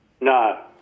No